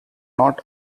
not